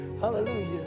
Hallelujah